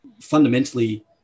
fundamentally